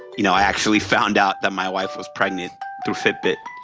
you know actually found out that my wife was pregnant through fitbit.